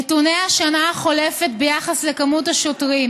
נתוני השנה החולפת ביחס לכמות השוטרים